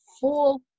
full